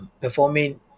performing